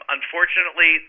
Unfortunately